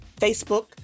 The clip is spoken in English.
Facebook